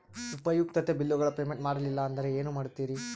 ಉಪಯುಕ್ತತೆ ಬಿಲ್ಲುಗಳ ಪೇಮೆಂಟ್ ಮಾಡಲಿಲ್ಲ ಅಂದರೆ ಏನು ಮಾಡುತ್ತೇರಿ?